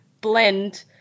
blend